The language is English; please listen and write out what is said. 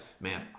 man